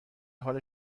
حال